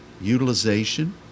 utilization